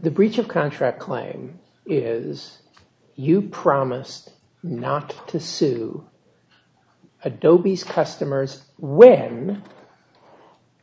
the breach of contract claim is you promise not to sue adobe's customers when